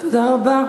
תודה רבה.